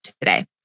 today